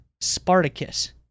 Spartacus